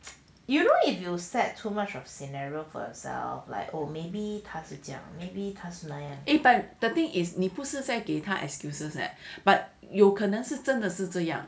you know if you will set too much of scenario for yourself like or maybe 他是这样 maybe 他是那样